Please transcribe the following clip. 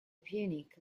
punic